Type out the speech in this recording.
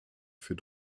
für